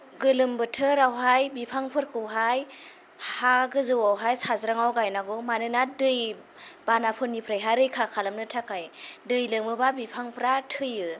गोलोम बोथोरावहाय बिफांफोरखौहाय हा गोजौआवहाय साज्रांआव गायनांगौ मानोना दैबानाफोरनिफ्रायहाय रैखा खालामनो थाखाय दै लोमोबा बिफांफ्रा थैयो